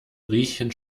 riechen